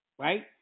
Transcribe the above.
right